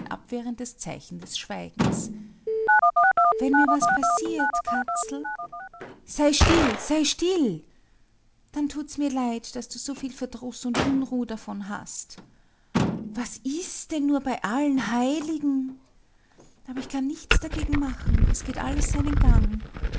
abwehrendes zeichen des schweigens wenn mir was passiert katzel sei still sei still dann tut's mir leid daß du so viel verdruß und unruh davon hast was ist denn nur bei allen heiligen aber ich kann nichts dagegen machen es geht alles seinen gang